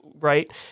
right